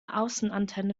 außenantenne